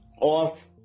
off